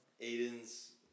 Aiden's